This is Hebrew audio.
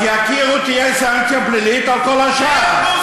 אז תהיה סנקציה פלילית על כל השאר.